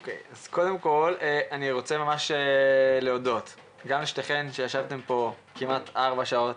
אני רוצה להודות גם לשתיכן שישבתן פה כמעט 4 שעות